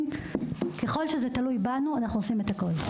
ככל שזה תלוי בנו, נעשה הכול.